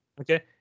okay